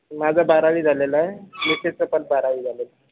माझं बारावी झालेलं आहे मिसेसचं पण बारावी झालेलं